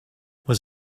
was